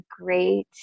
great